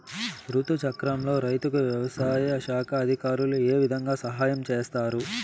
రుతు చక్రంలో రైతుకు వ్యవసాయ శాఖ అధికారులు ఏ విధంగా సహాయం చేస్తారు?